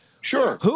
Sure